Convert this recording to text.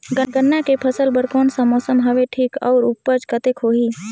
गन्ना के फसल बर कोन सा मौसम हवे ठीक हे अउर ऊपज कतेक होही?